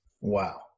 Wow